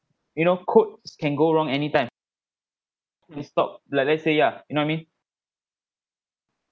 you know codes can go wrong anytime we stop like let's say ya you know I mean